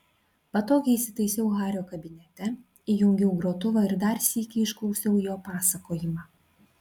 patogiai įsitaisiau hario kabinete įjungiau grotuvą ir dar sykį išklausiau jo pasakojimą